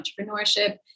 entrepreneurship